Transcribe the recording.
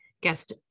guest